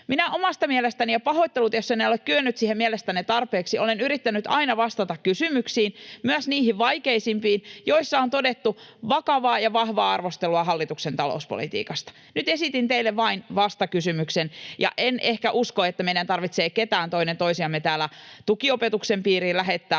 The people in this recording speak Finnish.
Minä omasta mielestäni — ja pahoittelut, jos en mielestänne ole kyennyt siihen tarpeeksi — olen yrittänyt aina vastata kysymyksiin, myös niihin vaikeimpiin, joissa on todettu vakavaa ja vahvaa arvostelua hallituksen talouspolitiikasta. Nyt esitin teille vain vastakysymyksen, ja en ehkä usko, että meidän tarvitsee ketään toinen toisiamme täällä tukiopetuksen piiriin lähettää,